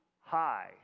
high